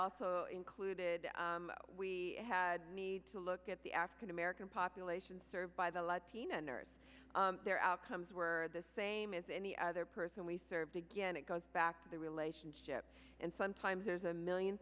also included we need to look at the african american population served by the latina nurse their outcomes were the same as any other person we served again it goes back to the relationship and sometimes there's a million